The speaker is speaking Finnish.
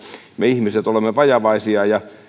me ihmiset olemme vajavaisia ja